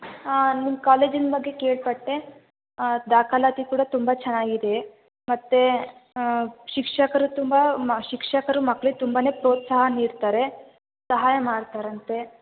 ಆಂ ನಿಮ್ಮ ಕಾಲೇಜಿನ ಬಗ್ಗೆ ಕೇಳ್ಪಟ್ಟೆ ಆಂ ದಾಖಲಾತಿ ಕೂಡ ತುಂಬ ಚೆನ್ನಾಗಿದೆ ಮತ್ತು ಆಂ ಶಿಕ್ಷಕರು ತುಂಬ ಮ ಶಿಕ್ಷಕರು ಮಕ್ಳಿಗೆ ತುಂಬಾ ಪ್ರೋತ್ಸಾಹ ನೀಡ್ತಾರೆ ಸಹಾಯ ಮಾಡ್ತಾರಂತೆ